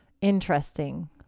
Interesting